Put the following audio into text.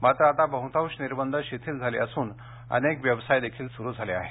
मात्र आता बहुतांश निर्बंध शिथिल झाले असून अनेक व्यवसायही सुरु झाले आहेत